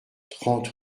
trente